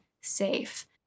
safe